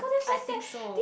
I think so